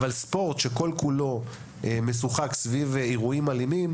אבל ספורט שכל כולו משוחק סביב אירועים אלימים,